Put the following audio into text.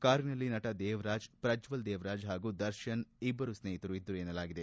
ಕಾರಿನಲ್ಲಿ ನಟ ದೇವರಾಜ್ ಪ್ರಜ್ವಲ್ ದೇವರಾಜ್ ಹಾಗೂ ದರ್ಶನ್ ಇಬ್ಬರು ಸ್ನೇಹಿತರು ಇದ್ದರು ಎನ್ನಲಾಗಿದೆ